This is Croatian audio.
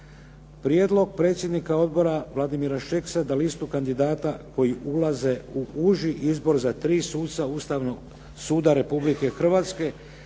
Prijedlog predsjednika odbora Vladimir Šeksa da listu kandidata koji ulaze u uži izbor za tri suca Ustavnog suda Republike Hrvatske